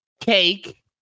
cake